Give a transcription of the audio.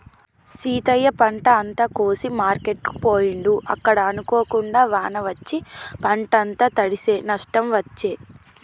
సీతయ్య పంట అంత కోసి మార్కెట్ కు పోయిండు అక్కడ అనుకోకుండా వాన వచ్చి పంట అంత తడిశె నష్టం వచ్చే